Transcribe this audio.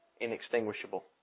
inextinguishable